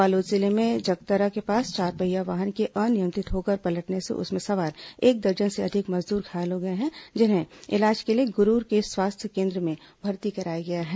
बालोद जिले में जगतरा के पास चारपहिया वाहन के अनियंत्रित होकर पलटने से उसमें सवार एक दर्जन से अधिक मजदूर घायल हो गए जिन्हें इलाज के लिए गुरूर के स्वास्थ्य केन्द्र में भर्ती कराया गया है